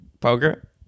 poker